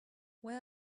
where